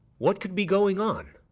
what could be going on?